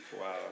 Wow